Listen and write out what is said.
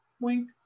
wink